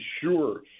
sure